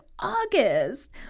August